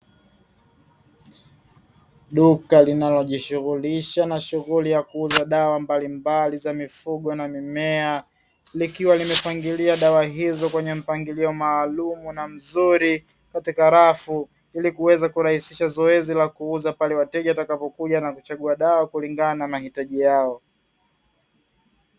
Duka linalojishughulisha na shughuli ya kuuza dawa mbalimbali za mifugo na mimea, likiwa limepangilia dawa hizo kwenye mpangilio maalumu na mzuri katika rafu ili kuweza kurahisisha zoezi la kuuza pale wateja watapokuja na kuchagua dawa kulingana na mahitaji yao.